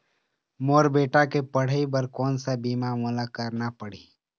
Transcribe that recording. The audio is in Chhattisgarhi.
मोर बेटा के पढ़ई बर कोन सा बीमा मोला करना पढ़ही?